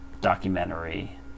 documentary